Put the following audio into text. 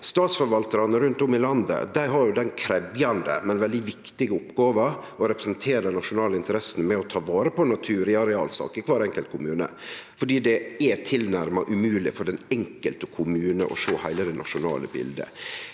Statsforvaltarane rundt om i landet har den krevjande, men veldig viktige oppgåva å representere dei nasjonale interessene med å ta vare på natur i arealsaker i kvar enkelt kommune – fordi det er tilnærma umogleg for den enkelte kommune å sjå heile det nasjonale bildet.